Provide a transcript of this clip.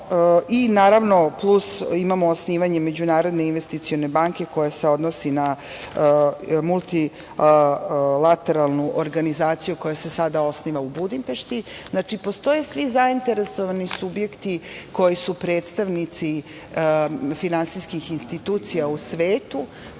jednostavno… Plus imamo osnivanje Međunarodne investicione banke koja se odnosi na multilateralnu organizaciju koja se sada osniva u Budimpešti. Znači, postoje svi zainteresovani subjekti koji su predstavnici finansijskih institucija u svetu